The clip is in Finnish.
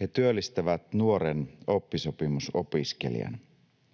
he työllistävät nuoren oppisopimusopiskelijan.